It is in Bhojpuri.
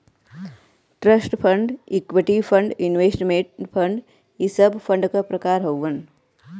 trust fund equity fund investment fund इ सब फण्ड क प्रकार हउवन